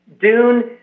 Dune